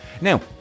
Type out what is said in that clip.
Now